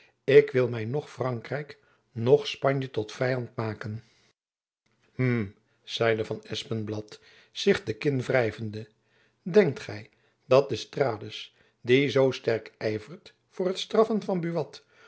ik wil my noch frankrijk noch spanje tot vyand maken hm zeide van espenblad zich de kin wrijvende denkt gy dat d'estrades die zoo sterk yvert voor het straffen van buat